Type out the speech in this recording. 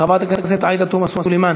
חברת הכנסת עאידה תומא סלימאן,